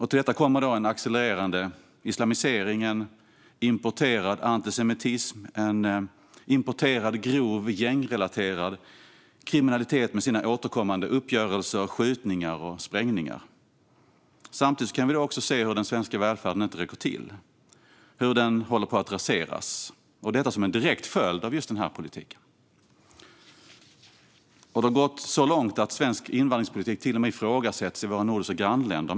Till detta kommer en accelererande islamisering, en importerad antisemitism och en importerad grov, gängrelaterad kriminalitet med återkommande uppgörelser, skjutningar och sprängningar. Samtidigt kan vi se hur den svenska välfärden inte räcker till utan håller på att raseras, detta som en direkt följd av just denna politik. Det har gått så långt att svensk invandringspolitik till och med ifrågasätts i våra nordiska grannländer.